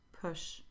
push